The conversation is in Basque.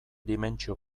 dimentsio